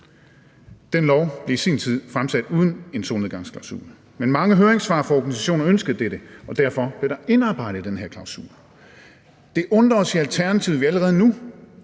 Det lovforslag blev i sin tid fremsat uden en solnedgangsklausul, men mange høringssvar fra organisationer ønskede dette, og derfor blev der indarbejdet den her klausul. Det undrer os i Alternativet, at vi allerede nu